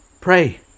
Pray